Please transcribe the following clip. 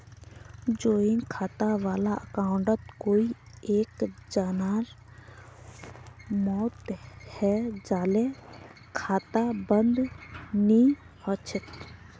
joint खाता वाला अकाउंटत कोई एक जनार मौत हैं जाले खाता बंद नी हछेक